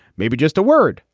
maybe just a word.